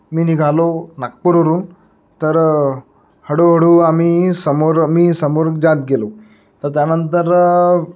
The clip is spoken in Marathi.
मी निघालो नागपूरवरून तर हळूहळू आम्ही समोर मी समोर जात गेलो तर त्यानंतर